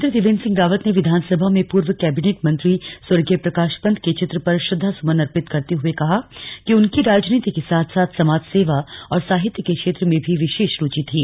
मुख्यमंत्री त्रिवेन्द्र सिंह रावत ने विधानसभा में पूर्व कैबिनेट मंत्री स्वर्गीय प्रकाश पंत के चित्र पर श्रद्धा सुमन अर्पित करते हुए कहा कि उनकी राजनीति के साथ साथ समाज सेवा और साहित्य के क्षेत्र में भी विशेष रुचि थी